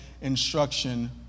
instruction